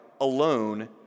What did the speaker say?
alone